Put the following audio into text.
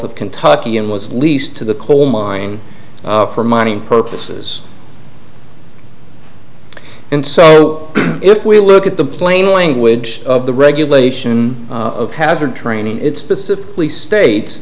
of kentucky and was leased to the coal mine for mining purposes and so if we look at the plain language of the regulation of hazard training it's specifically states